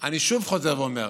אני חוזר ואומר,